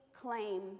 claim